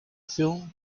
film